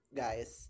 guys